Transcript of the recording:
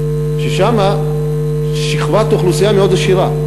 ששם יש שכבת אוכלוסייה מאוד עשירה.